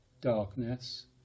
darkness